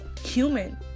human